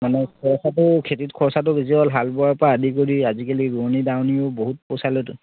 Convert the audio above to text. মানে খৰচাটো খেতিত খৰচাটো বেছি হ'ল হাল বোৱাৰপৰা আদি কৰি আজিকালি ৰোৱনি দাৱনিয়েও বহুত পইচা লয়তো